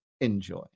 enjoy